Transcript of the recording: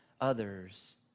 others